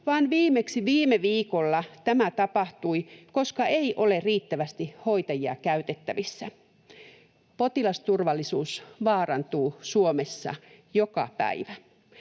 viime viikolla tämä tapahtui, koska ei ole riittävästi hoitajia käytettävissä. Potilasturvallisuus vaarantuu Suomessa joka päivä.